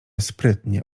sprytnie